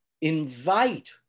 invite